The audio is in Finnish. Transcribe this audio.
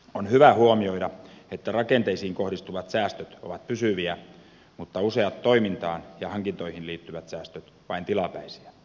on hyvä huomioida että rakenteisiin kohdistuvat säästöt ovat pysyviä mutta useat toimintaan ja hankintoihin liittyvät säästöt vain tilapäisiä